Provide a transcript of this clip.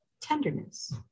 tenderness